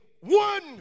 one